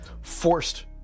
forced